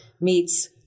meets